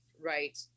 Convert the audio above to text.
right